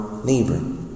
Neighbor